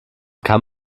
kann